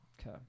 Okay